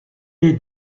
est